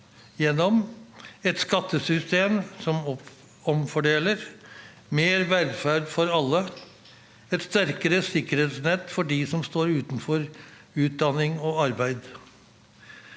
gjennom: - et skattesystem som omfordeler - mer velferd for alle - et sterkere sikkerhetsnett for dem som står utenfor utdanning og arbeid